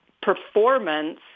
performance